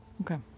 Okay